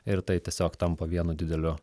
ir tai tiesiog tampa vienu dideliu